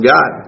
God